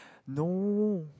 no